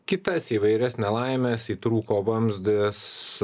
kitas įvairias nelaimes įtrūko vamzdis